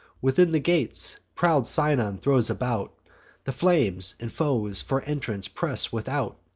within the gates, proud sinon throws about the flames and foes for entrance press without,